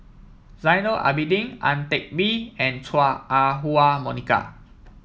Zainal Abidin Ang Teck Bee and Chua Ah Huwa Monica